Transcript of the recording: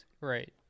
Right